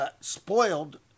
Spoiled